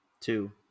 Two